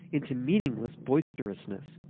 into meaningless boisterousness,